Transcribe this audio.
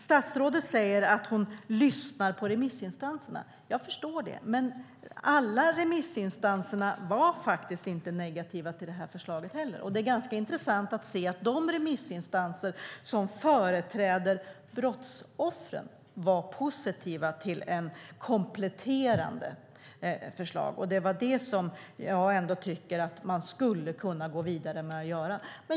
Statsrådet säger att hon lyssnar på remissinstanserna. Jag förstår det. Alla remissinstanser var dock inte negativa till förslaget, och det är intressant att de remissinstanser som företräder brottsoffren var positiva till det kompletterande förslag som jag tycker att man skulle kunna gå vidare med.